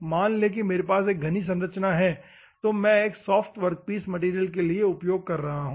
मान लें कि मेरे पास एक घनी संरचना है और मैं एक सॉफ्ट वर्कपीस मैटेरियल के लिए उपयोग कर रहा हूं